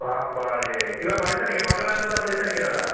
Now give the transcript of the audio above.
বাপ্পাৰে কিবা পাতিছে নেকি সত্যনাৰায়ণ পূজা পাতিছে নেকি দাদা